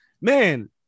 man